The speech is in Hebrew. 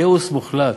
כאוס מוחלט.